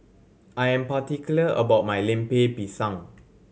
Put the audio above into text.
I am particular about my Lemper Pisang